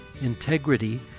integrity